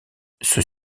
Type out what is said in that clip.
ceux